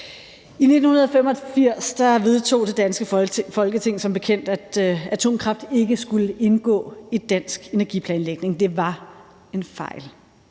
I 1985 vedtog det danske Folketing som bekendt, at atomkraft ikke skulle indgå i dansk energiplanlægning. Det var en fejl.